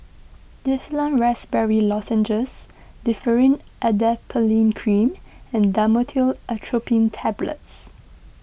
Difflam Raspberry Lozenges Differin Adapalene Cream and Dhamotil Atropine Tablets